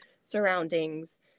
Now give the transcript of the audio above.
surroundings